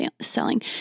selling